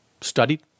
studied